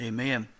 Amen